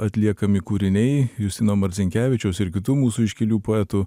atliekami kūriniai justino marcinkevičiaus ir kitų mūsų iškilių poetų